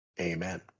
Amen